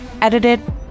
edited